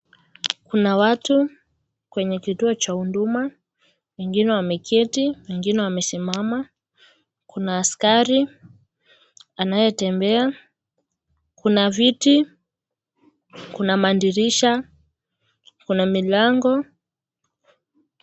Kuna watu kwenye kituo cha huduma, wengine wameketi wengine wamesimama, kuna askari anayetembea, kuna viti, kuna madirisha, kuna milango.